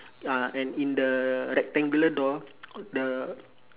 uh and in the rectangular door the